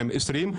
2020,